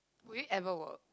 will you ever work